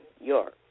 York